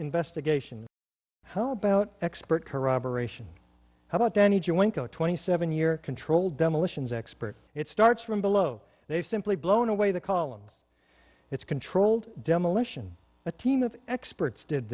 investigation how about expert corroboration how about any joint go twenty seven year controlled demolitions expert it starts from below they've simply blown away the columns it's controlled demolition a team of experts did